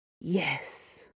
Yes